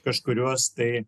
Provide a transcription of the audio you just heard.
kažkurios tai